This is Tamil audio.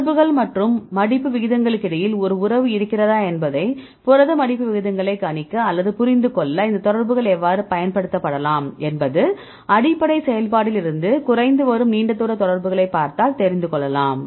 தொடர்புகள் மற்றும் மடிப்பு விகிதங்களுக்கிடையில் ஒரு உறவு இருக்கிறதா என்பதை புரத மடிப்பு விகிதங்களை கணிக்க அல்லது புரிந்துகொள்ள இந்த தொடர்புகள் எவ்வாறு பயன்படுத்தப்படலாம் என்பது அடிப்படை செயல்பாட்டில் இருந்து குறைந்துவரும் நீண்ட தூர தொடர்புகளை பார்த்தால் தெரிந்துகொள்ளலாம்